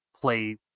play